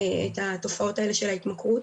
את התופעות האלה של ההתמכרות